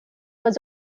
was